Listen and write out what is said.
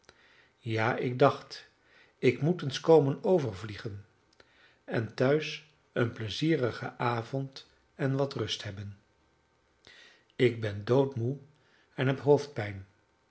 ja ik dacht ik moest eens komen overvliegen en tehuis een pleizierigen avond en wat rust hebben ik ben doodmoede en heb hoofdpijn